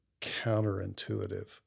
counterintuitive